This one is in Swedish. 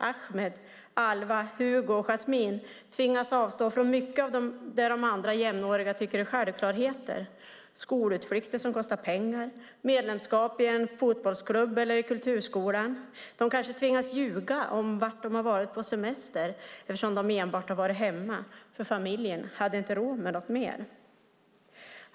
Ahmed, Alva, Hugo och Jasmine tvingas avstå från mycket av det som andra jämnåriga tycker är självklarheter - skolutflykter som kostar pengar eller medlemskap i en fotbollsklubb eller i kulturskolan. Kanske tvingas de ljuga om var de varit på semester eftersom de enbart varit hemma då familjen inte hade råd med något mer.